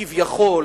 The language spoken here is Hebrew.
כביכול,